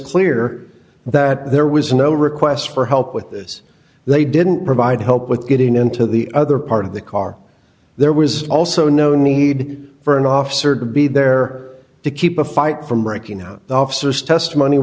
clear that there was no request for help with this they didn't provide help with getting into the other part of the car there was also no need for an officer to be there to keep the fight from breaking out the officers testimon